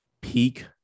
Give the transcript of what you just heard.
peak